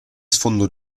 sfondo